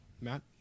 Matt